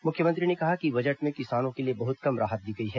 मुख्यमंत्री ने कहा कि बजट में किसानों के लिए बहुत कम राहत दी गई है